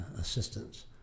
assistance